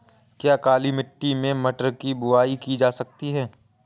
क्या काली मिट्टी में मटर की बुआई की जा सकती है?